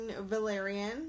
Valerian